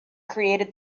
created